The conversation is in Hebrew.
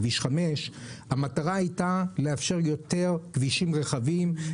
כביש 5. המטרה הייתה לאפשר כבישים רחבים יותר,